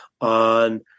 on